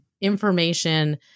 information